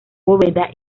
bóveda